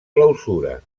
clausura